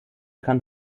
kann